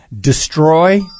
destroy